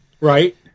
Right